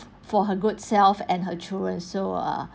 for her good self and her children so uh